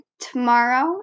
tomorrow